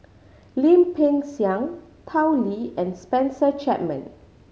Lim Peng Siang Tao Li and Spencer Chapman